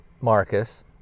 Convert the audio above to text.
Marcus